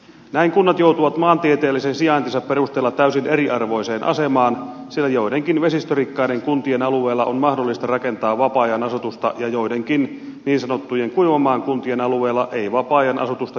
näin kunnat joutuvat maantieteellisen sijaintinsa perusteella täysin eriarvoiseen asemaan sillä joidenkin vesistörikkaiden kuntien alueella on mahdollista rakentaa vapaa ajan asutusta ja joidenkin niin sanottujen kuivan maan kuntien alueella ei vapaa ajan asutusta juuri rakenneta